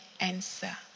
answer